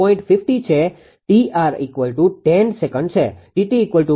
50 છે 𝑇𝑟10 સેકન્ડ છે 𝑇𝑡0